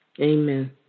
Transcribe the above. Amen